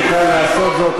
תוכל לעשות זאת,